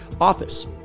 office